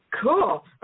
Cool